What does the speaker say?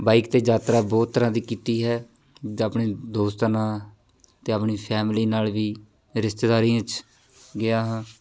bike 'ਤੇ ਯਾਤਰਾ ਬਹੁਤ ਤਰ੍ਹਾਂ ਦੀ ਕੀਤੀ ਹੈ ਜਾਂ ਆਪਣੇ ਦੋਸਤਾਂ ਨਾਲ ਅਤੇ ਆਪਣੀ ਫੈਮਿਲੀ ਨਾਲ ਵੀ ਰਿਸ਼ਤੇਦਾਰੀਆਂ 'ਚ ਗਿਆ ਹਾਂ